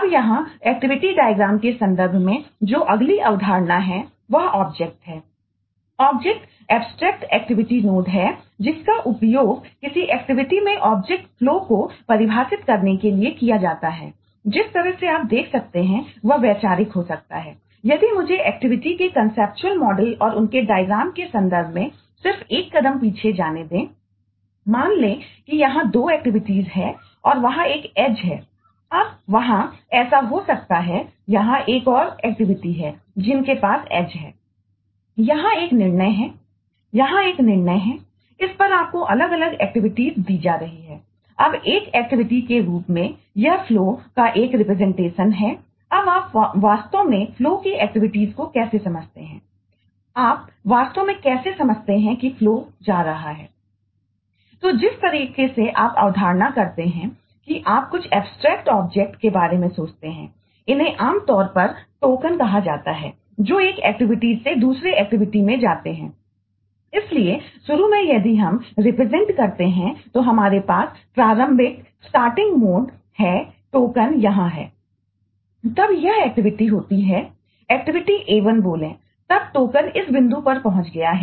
अब यहां एक्टिविटी डायग्रामहै यहाँ एक निर्णय है यहाँ एक निर्णय है इस पर आपको अलग अलग एक्टिविटीजयहां है